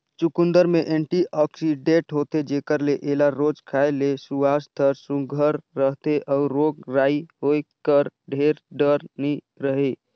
चुकंदर में एंटीआक्सीडेंट होथे जेकर ले एला रोज खाए ले सुवास्थ हर सुग्घर रहथे अउ रोग राई होए कर ढेर डर नी रहें